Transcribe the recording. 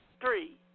Three